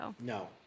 no